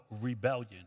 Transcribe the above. rebellion